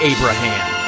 Abraham